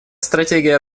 стратегия